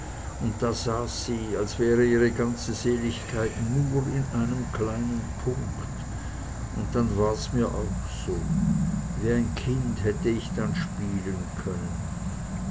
und da saß sie als wäre ihre ganze seligkeit nur in einem kleinen punkt und dann war mir's auch so wie ein kind hätte ich dann spielen können